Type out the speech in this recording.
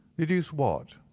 deduce what?